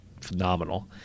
phenomenal